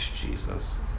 Jesus